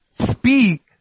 Speak